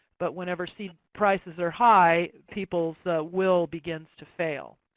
but whenever seed prices are high, people's will begins to fail.